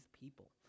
people